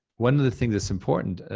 one of the things that's important,